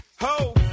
Ho